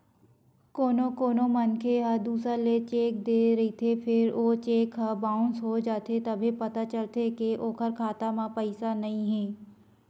कोनो कोनो मनखे ह दूसर ल चेक दे रहिथे फेर ओ चेक ह बाउंस हो जाथे तभे पता चलथे के ओखर खाता म पइसा नइ हे